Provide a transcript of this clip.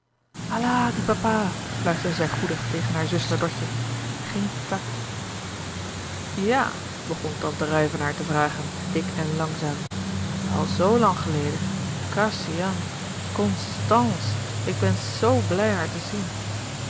papa fluisterde zij goedig tegen haar zuster dotje geen tàct jà begon tante ruyvenaer te vragen dik en langzaam al soo lang geleden kaslouis couperus de boeken der kleine zielen sian constàns ik ben so blij haar te sien